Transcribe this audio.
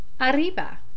Arriba